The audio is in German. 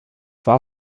war